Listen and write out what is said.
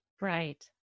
Right